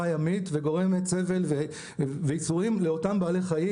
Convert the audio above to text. הימית וגורמת סבל וייסורים לאותם בעלי חיים,